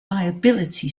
liability